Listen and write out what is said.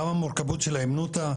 גם המורכבות של הימנותא,